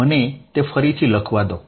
મને તે ફરીથી લખવા દો